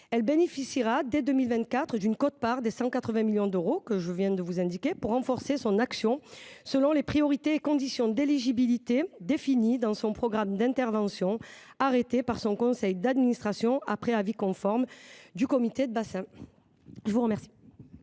Elle bénéficiera dès 2024 d’une quote-part des 180 millions, que je viens d’évoquer, pour renforcer son action selon les priorités et conditions d’éligibilité définies dans son programme d’intervention arrêté par son conseil d’administration après avis conforme du comité de bassin. La parole